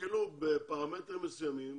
תשקלו בפרמטרים מסוימים